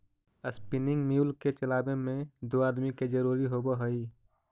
spinning mule के चलावे में दो आदमी के जरुरी होवऽ हई